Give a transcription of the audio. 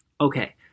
Okay